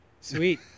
Sweet